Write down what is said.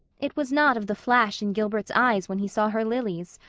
it was not of the flash in gilbert's eyes when he saw her lilies,